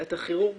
אתה כירורג